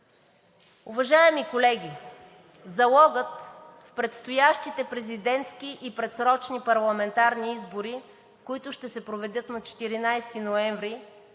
Уважаеми колеги, залогът в предстоящите президентски и предсрочни парламентарни избори, които ще се проведат на 14 ноември,